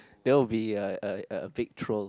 don't be a a a big troll